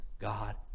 God